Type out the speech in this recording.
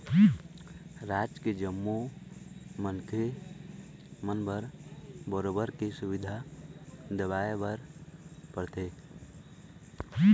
राज के जम्मो मनखे मन बर बरोबर के सुबिधा देवाय बर परथे